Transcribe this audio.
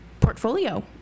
portfolio